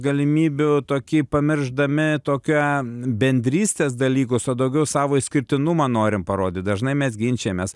galimybių tokį pamiršdami tokią bendrystės dalykus o daugiau savo išskirtinumą norim parodyt dažnai mes ginčijamės